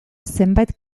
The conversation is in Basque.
zenbait